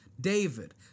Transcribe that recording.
David